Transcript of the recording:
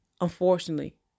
unfortunately